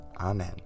Amen